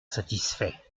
satisfaits